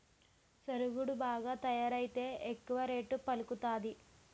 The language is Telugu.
సరుగుడు బాగా తయారైతే ఎక్కువ రేటు పలుకుతాది